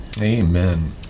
Amen